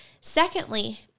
Secondly